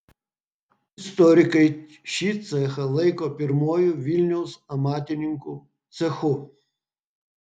istorikai šį cechą laiko pirmuoju vilniaus amatininkų cechu